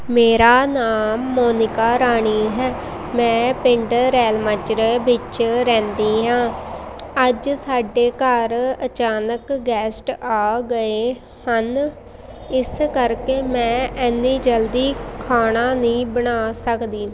ਮੇਰਾ ਨਾਮ ਮੋਨਿਕਾ ਰਾਣੀ ਹੈ ਮੈਂ ਪਿੰਡ ਰੈਲਮਾਜਰੇ ਵਿੱਚ ਰਹਿੰਦੀ ਹਾਂ ਅੱਜ ਸਾਡੇ ਘਰ ਅਚਾਨਕ ਗੈਸਟ ਆ ਗਏ ਹਨ ਇਸ ਕਰਕੇ ਮੈਂ ਇੰਨੀ ਜਲਦੀ ਖਾਣਾ ਨਹੀਂ ਬਣਾ ਸਕਦੀ